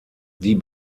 die